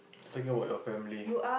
talking about your family